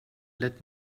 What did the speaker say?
let